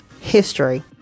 history